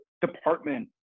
department